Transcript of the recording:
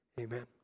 Amen